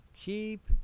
keep